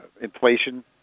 inflation